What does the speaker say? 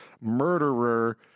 murderer